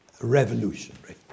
Revolutionary